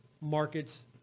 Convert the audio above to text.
markets